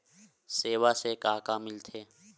सेवा से का का मिलथे?